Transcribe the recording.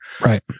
Right